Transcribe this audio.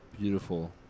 beautiful